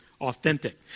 authentic